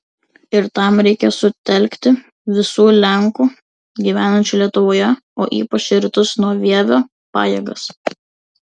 ir tam reikia sutelkti visų lenkų gyvenančių lietuvoje o ypač į rytus nuo vievio pajėgas